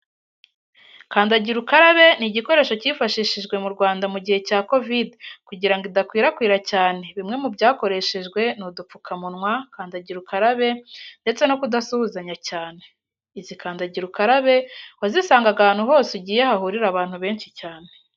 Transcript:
Kandagira ukarabe ni igikoresho cyifashishijwe mu Rwanda mu gihe cya kovidi kugira idakwirakwira cyane, bimwe mu byakoresheje ni udupfukamunwa, kandagira ukarabe ndetse no kudasuhuzanya cyane. Izi kandagira ukarabe wazisangaga ahantu hose ugiye hahurira abantu benshi cyane.